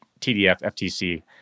TDF-FTC